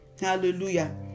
Hallelujah